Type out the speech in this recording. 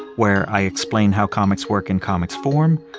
where i explain how comics work in comics form,